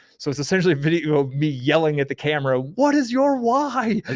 so it's essentially a video of me yelling at the camera, what is your why?